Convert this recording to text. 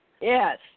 Yes